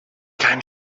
kein